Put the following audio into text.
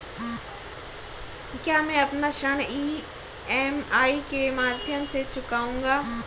क्या मैं अपना ऋण ई.एम.आई के माध्यम से चुकाऊंगा?